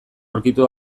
aurkitu